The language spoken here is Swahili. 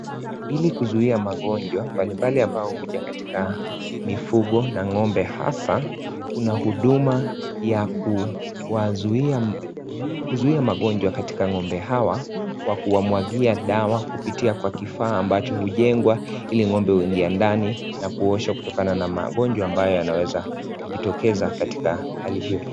Ili kuzuia magonjwa, mbalimbali ambao huja katika na ng'ombe hasa, kuna huduma ya kuwazuiam kuzuia magonjwa katika ng'ombe hawa, kwa kuwamwagia dawa kupitia kwa kifaa ambacho hujengwa ili ng'ombe huingia ndani na kuoshwa kutokana na magonjwa ambayo yanaweza kujitokeza katika hali iyo.